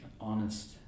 honest